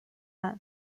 避难